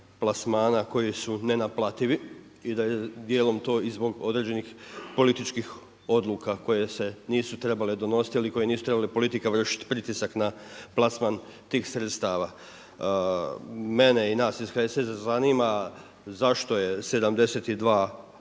plasmana koji su nenaplativi i da je djelom to i zbog određenih političkih odluka koje se nisu trebale donositi, ali i koje nisu trebale politikama vršiti pritisak na plasman tih sredstava. Mene i nas iz HSS-a zanima zašto je 72 projekta